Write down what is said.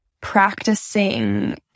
practicing